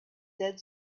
dead